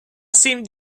seemed